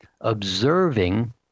observing